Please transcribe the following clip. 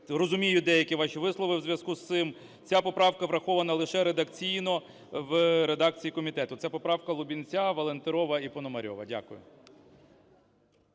розумію деякі ваші вислови, у зв'язку з цим ця поправка врахована лише редакційно в редакції комітету. Це поправка Лубінця, Валентирова і Пономарьова. Дякую.